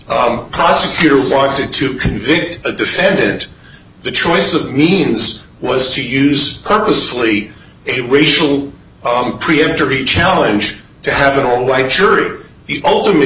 o prosecutor wants it to convict a defendant the choice of means was to use purposely it racial own preemptory challenge to have an all white jury it ultimate